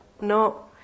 No